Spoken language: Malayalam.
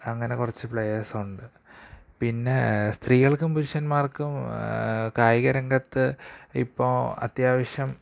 അങ്ങനെ കുറച്ച് പ്ലെയേഴ്സ് ഉണ്ട് പിന്നെ സ്ത്രീകള്ക്കും പുരുഷന്മാര്ക്കും കായികരംഗത്ത് ഇപ്പോള് അത്യാവശ്യം